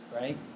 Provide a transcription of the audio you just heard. right